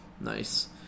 Nice